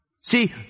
See